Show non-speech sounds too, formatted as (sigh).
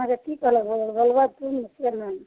अच्छा कि कहलक (unintelligible) कि नहि